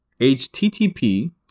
http